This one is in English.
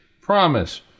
promise